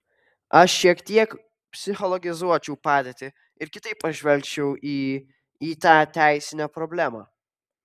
aš šiek tiek psichologizuočiau padėtį ir kitaip pažvelgčiau į į tą teisinę problemą